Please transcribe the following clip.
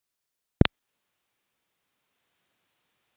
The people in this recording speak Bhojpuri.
एगो बैक से दूसरा बैक मे पैसा कइसे भेजल जाई?